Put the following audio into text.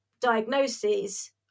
diagnoses